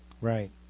right